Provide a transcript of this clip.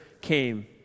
came